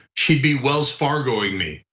she'd be wells fargo showing me.